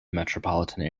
metropolitan